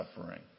suffering